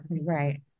Right